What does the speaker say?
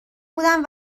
بودن